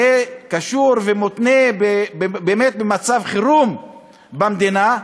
שיהיה קשור ומותנה באמת במצב חירום במדינה.